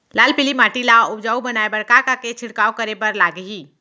लाल पीली माटी ला उपजाऊ बनाए बर का का के छिड़काव करे बर लागही?